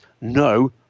no